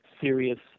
serious